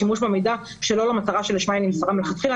שימוש במידע שלא למטרה שלשמה היא נמסרה מלכתחילה.